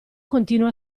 continua